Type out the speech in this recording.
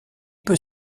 peut